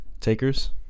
takers